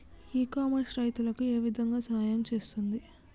ఇ commerce రైతులకు ఏ విధంగా సహాయం చేస్తుంది?